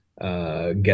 Get